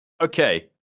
okay